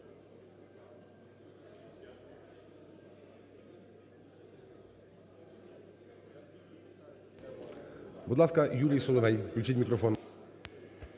Будь ласка, Юрій Соловей. Включіть мікрофон.